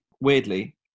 weirdly